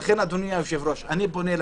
לכן, אדוני היושב-ראש, אני פונה ללשכה.